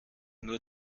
nur